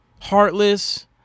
Heartless